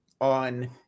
on